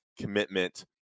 commitment –